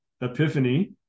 epiphany